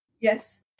yes